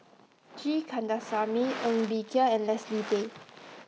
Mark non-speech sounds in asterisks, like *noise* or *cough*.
G Kandasamy Ng Bee Kia and Leslie Tay *noise*